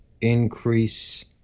increase